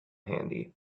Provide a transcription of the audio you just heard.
handy